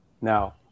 now